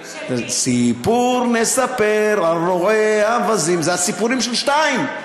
"סיפור נספר על רועה אווזים" זה הסיפורים של שתיים.